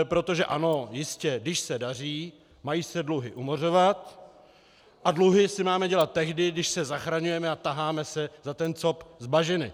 Protože ano, jistě, když se daří, mají se dluhy umořovat a dluhy si máme dělat tehdy, když se zachraňujeme a taháme se za cop z bažiny.